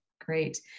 Great